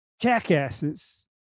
Jackasses